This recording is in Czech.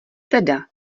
teda